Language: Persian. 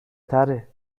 تره